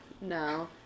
No